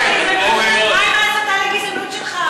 אבל מה עם ההסתה לגזענות שלך,